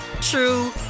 true